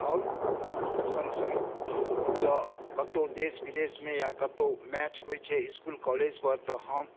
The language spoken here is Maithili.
आओर संग संग जॅं कतौ देश विदेशमे या कतौ मैच होइ छै इसकुल काॅलेज पर तऽ हम